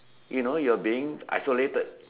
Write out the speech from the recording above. you know you're being isolated